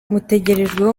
mutegerejweho